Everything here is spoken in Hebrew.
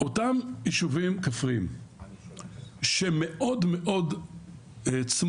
אותם יישובים כפריים שמאוד מאוד צמודים,